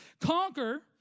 Conquer